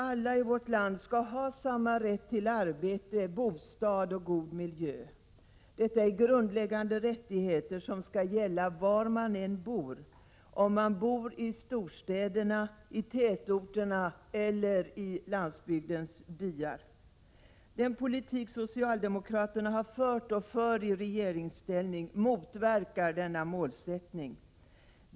Alla i vårt land skall ha samma rätt till arbete, bostad och god miljö. Detta är grundläggande rättigheter som skall gälla var man än bor — i storstäderna, i tätorterna eller i landsbygdens byar. Den politik som socialdemokraterna har fört och för i regeringsställning motverkar denna målsättning.